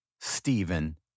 Stephen